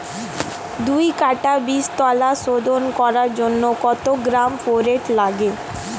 দু কাটা বীজতলা শোধন করার জন্য কত গ্রাম ফোরেট লাগে?